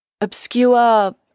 obscure